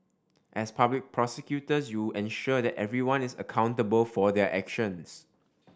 as public prosecutors you ensure that everyone is accountable for their actions